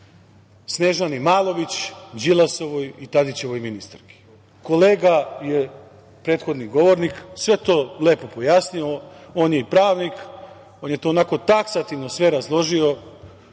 Snežani Malović, Đilasovoj i Tadićevoj ministarki. Kolega prethodni govornik je sve to lepo objasnio. On je i pravnik. On je to onako taksativno sve obrazložio